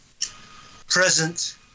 Present